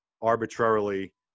arbitrarily